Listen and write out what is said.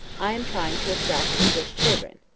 i am trying to attract english children.